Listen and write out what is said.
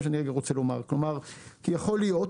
כלומר, יכול להיות